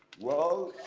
well, ah,